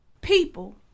people